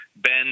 Ben